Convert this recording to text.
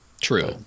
True